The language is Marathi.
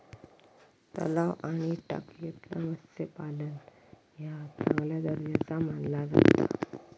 तलाव आणि टाकयेतला मत्स्यपालन ह्या चांगल्या दर्जाचा मानला जाता